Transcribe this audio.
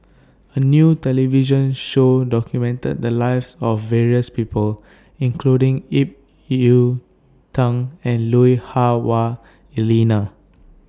A New television Show documented The Lives of various People including Ip Yiu Tung and Lui Hah Wah Elena